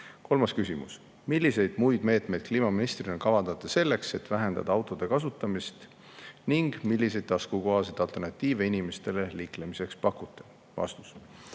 Kolmas küsimus: "Milliseid muid meetmeid kliimaministrina kavandate selleks, et vähendada autode kasutamist ning milliseid taskukohaseid alternatiive inimestele liiklemiseks pakute?" Vastus.